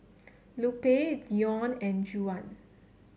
Lupe Deon and Juwan